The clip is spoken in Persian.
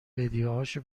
بدیهاشو